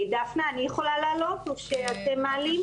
דפנה, אני יכולה להעלות או שאתם מעלים?